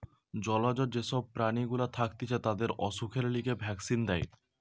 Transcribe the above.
জলজ যে সব প্রাণী গুলা থাকতিছে তাদের অসুখের লিগে ভ্যাক্সিন দেয়